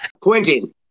Quentin